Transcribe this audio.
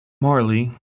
Marley